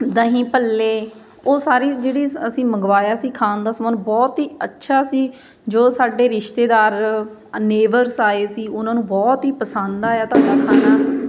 ਦਹੀਂ ਭੱਲੇ ਉਹ ਸਾਰੀ ਜਿਹੜੀ ਅਸ ਅਸੀਂ ਮੰਗਵਾਇਆ ਸੀ ਖਾਣ ਦਾ ਸਮਾਨ ਬਹੁਤ ਹੀ ਅੱਛਾ ਸੀ ਜੋ ਸਾਡੇ ਰਿਸ਼ਤੇਦਾਰ ਨੇਵਰਸ ਆਏ ਸੀ ਉਹਨਾਂ ਨੂੰ ਬਹੁਤ ਹੀ ਪਸੰਦ ਆਇਆ ਤੁਹਾਡਾ ਖਾਣਾ